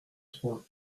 trois